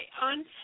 On